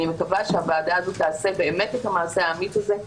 ואני מקווה שהוועדה הזאת תעשה באמת את המעשה האמיץ הזה,